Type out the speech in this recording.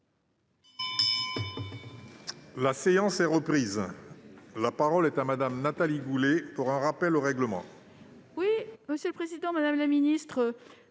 La séance est reprise. La parole est à Mme Nathalie Goulet, pour un rappel au règlement.